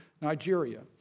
Nigeria